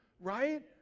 Right